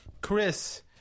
chris